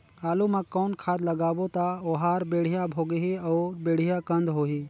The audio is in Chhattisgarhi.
आलू मा कौन खाद लगाबो ता ओहार बेडिया भोगही अउ बेडिया कन्द होही?